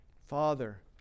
Father